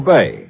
Bay